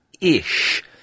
Ish